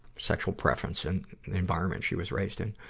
sexual preference and environment she was raised in.